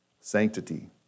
Sanctity